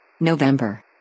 November